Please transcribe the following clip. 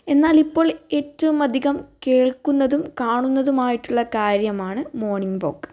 എന്നാലിപ്പോൾ ഏറ്റവും അധികം കേൾക്കുന്നതും കാണുന്നതുമായിട്ടുള്ള കാര്യമാണ് മോർണിംഗ് വോക്ക്